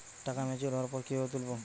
টাকা ম্যাচিওর্ড হওয়ার পর কিভাবে তুলব?